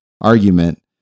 argument